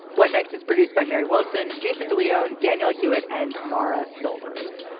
what next is produced by mary wilson. jason de leon, daniel hewett and mara silvers.